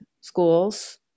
schools